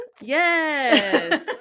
Yes